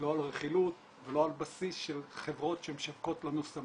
לא על רכילות ולא על בסיס של חברות שמשווקות לנו סמים.